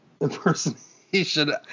impersonation